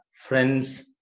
friends